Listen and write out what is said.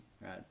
right